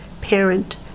parent